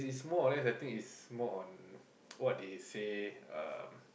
more or less I think it's more on what they say um